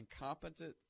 incompetent